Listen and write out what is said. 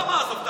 למה עזוב?